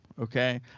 okay